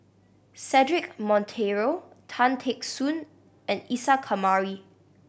Cedric Monteiro Tan Teck Soon and Isa Kamari